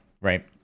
Right